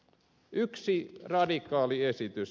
yksi radikaali esitys